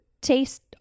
taste